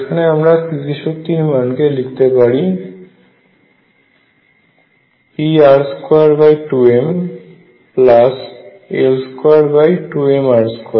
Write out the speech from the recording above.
যেখানে আমরা স্থিতি শক্তির মানকে লিখতে পারি pr22ml22mr2